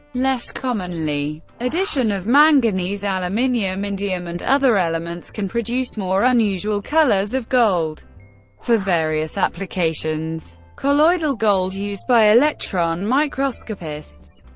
less commonly, addition of manganese, aluminium, indium and other elements can produce more unusual colors of gold for various applications. colloidal gold, used by electron-microscopists,